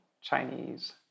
Chinese